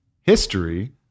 history